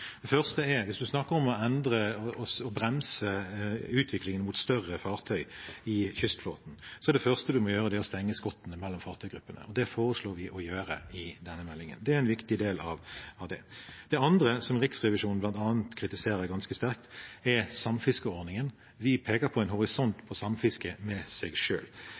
Det første er at hvis vi snakker om å endre og bremse utviklingen mot større fartøy i kystflåten, er det første vi må gjøre, å stenge skottene mellom fartøygruppene. Det foreslår vi å gjøre i forbindelse med denne meldingen. Det er en viktig del av det. Det andre, som Riksrevisjonen bl.a. kritiserer ganske sterkt, er samfiskeordningen. Vi peker på en horisont for samfiske med seg